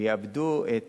ויאבדו את